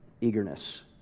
eagerness